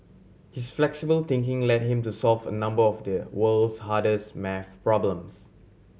his flexible thinking led him to solve a number of the world's hardest maths problems